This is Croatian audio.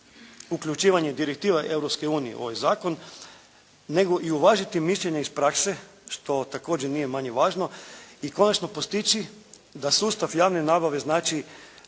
uključivanje direktiva Europske unije u ovaj zakon nego i uvažiti mišljenja iz prakse što također nije manje važno, i konačno postići da sustav javne nabave znači